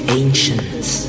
ancients